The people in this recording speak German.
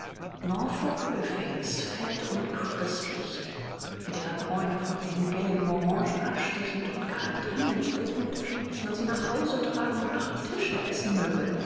norfolk biffins fett und krispig mit ihrer bräune von den gelben orangen abstechend und gar dringend bittend daß man sie nach hause tragen und nach tische essen möge